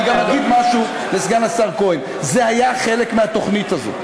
גם אגיד משהו לסגן השר כהן: זה היה חלק מהתוכנית הזאת.